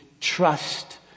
trust